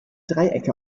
dreiecke